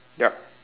yup